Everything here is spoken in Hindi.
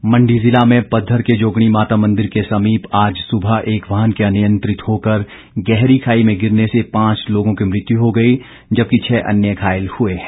दुर्घटना मंडी जिला में पधर के जोगणी माता मंदिर के समीप आज सुबह एक वाहन के अनियंत्रित होकर गहरी खाई में गिरने से पांच लोगों की मृत्यु हो गई जबकि छ अन्य घायल हुए हैं